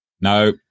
No